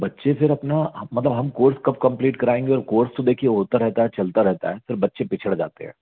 बच्चे फिर अपना हम मतलब हम अपना कोर्स कब कंप्लीट कराएंगे और कोर्स तो देखिए होता रहता है चलता रहता है फिर बच्चे पिछड़ जाते हैं